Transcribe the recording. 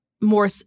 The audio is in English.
more